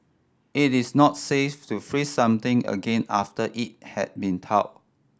it is not safe to freeze something again after it had been thawed